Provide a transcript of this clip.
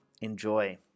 enjoy